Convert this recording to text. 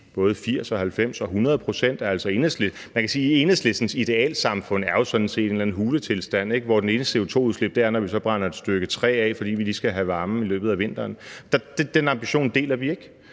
både 80, 90 og 100 pct. Man kan sige, at Enhedslistens idealsamfund jo sådan set er en eller anden huletilstand, hvor det eneste CO₂-udslip er, når vi brænder et stykke træ, fordi vi lige skal have varmen i løbet af vinteren. Den ambition deler vi ikke.